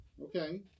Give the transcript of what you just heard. Okay